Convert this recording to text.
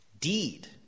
Deed